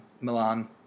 Milan